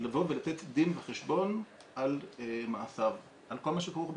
לתת דין וחשבון על מעשיו, על כל מה שכרוך בכך,